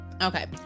Okay